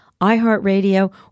iHeartRadio